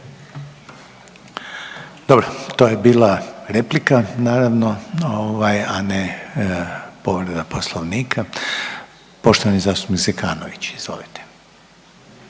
Dobro, to je bila replika naravno ovaj, a ne povreda Poslovnika. Poštovani zastupnik Zekanović, izvolite.